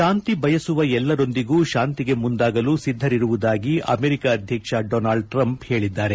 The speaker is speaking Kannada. ಶಾಂತಿ ಬಯಸುವ ಎಲ್ಲರೊಂದಿಗೂ ಶಾಂತಿಗೆ ಮುಂದಾಗಲು ಸಿದ್ದರಿರುವುದಾಗಿ ಅಮೆರಿಕ ಅಧ್ಯಕ್ಷ ಡೊನಾಲ್ಡ್ ಟ್ರಂಪ್ ಹೇಳಿದ್ದಾರೆ